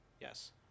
Yes